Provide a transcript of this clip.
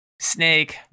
snake